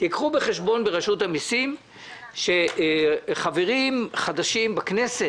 קחו בחשבון ברשות המסים שחברים חדשים בכנסת,